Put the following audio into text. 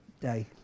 day